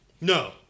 No